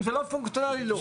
אם זה לא פונקציונלי אז לא.